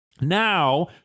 Now